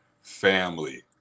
family